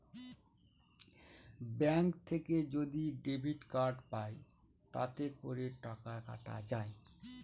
bank থেকে যদি debit card পাই তাতে করে টাকা কাটা হয়